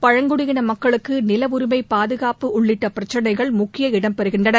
பழங்குடியின மக்களுக்கு நிலஉரிமை பாதுகாப்பு உள்ளிட்ட பிரச்சினைகள் முக்கிய இடம்பெறுகின்றன